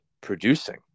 producing